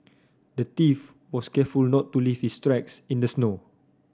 the thief was careful not to leave his tracks in the snow